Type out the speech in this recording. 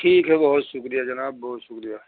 ٹھیک ہے بہت شکریہ جناب بہت شکریہ